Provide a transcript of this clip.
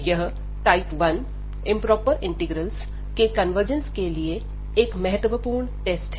यह type 1 improper integrals के convergence के लिए एक महत्वपूर्ण टेस्ट है